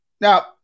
Now